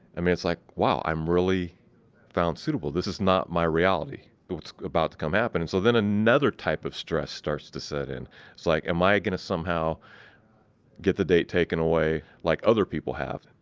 i mean, it's like wow i'm really found suitable. this is not my reality, but what's about to come happen. and so, then another type of stress starts to set in. it's like, am i gonna somehow get the date taken away like other people have?